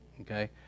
Okay